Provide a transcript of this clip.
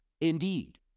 indeed